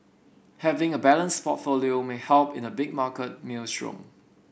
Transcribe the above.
having a balanced portfolio may help in a big market maelstrom